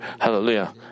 Hallelujah